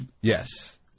Yes